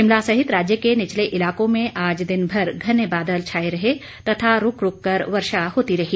शिमला सहित राज्य के निचले इलाकों में आज दिनभर घने बादल छाए रहे तथा रूक रूक कर वर्षा होती रही